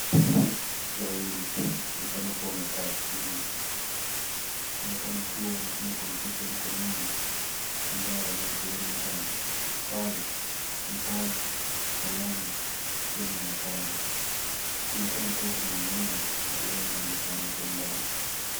Watu wawili wanaonekana kuwa wamekaa chini, wanaonekana kuwa wanatumia kompyuta ya mkononi ambayo imewekelewa mezani. Pale vitabu kalamu pia inaonekana. Kunaonekana kuwa kuna mmea angalau inaonekana kwa umbali.